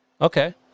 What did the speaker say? okay